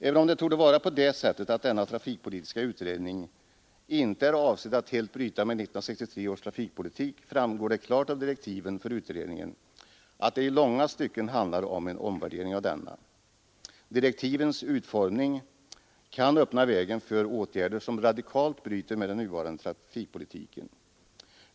Även om denna trafikpolitiska utredning inte är avsedd att helt bryta med 1963 års trafikpolitik, framgår det klart av direktiven för utredningen att det i långa stycken handlar om en omvärdering av denna. Nr 126 Direktivens utformning kan öppna vägen för åtgärder som radikalt bryter Onsdagen den med den nuvarande trafikpolitiken.